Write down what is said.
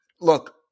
look